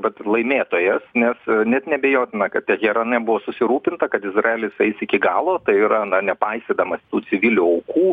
bet laimėtojas nes net neabejotina kad teherane buvo susirūpinta kad izraelis eis iki galo tai yra na nepaisydamas tų civilių aukų